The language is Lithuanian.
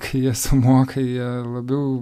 kai jie sumoka jie labiau